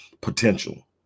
potential